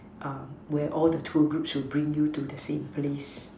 um where all the tour groups will bring you to the same place